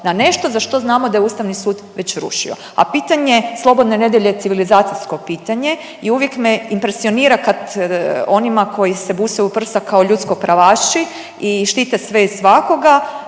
na nešto za što znamo da je Ustavni sud već rušio. A pitanje slobodne nedjelje je civilizacijsko pitanje i uvijek me impresionira kad onima koji se busaju u prsa kao ljudsko pravaši i štite sve i svakoga,